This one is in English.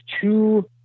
two